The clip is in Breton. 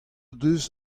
deus